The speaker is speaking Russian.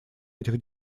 этих